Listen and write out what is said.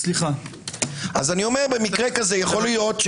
כזה יכול להיות,